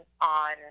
on